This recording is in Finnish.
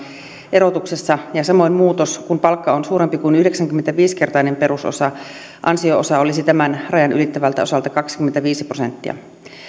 erotuksesta ja samoin muutos että kun palkka on suurempi kuin yhdeksänkymmentäviisi kertainen perusosa ansio osa olisi tämän rajan ylittävältä osalta kaksikymmentäviisi prosenttia